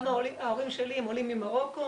גם ההורים שלי הם עולים ממרוקו,